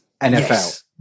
NFL